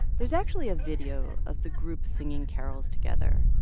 there's actually a video of the group singing carols together.